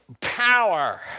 power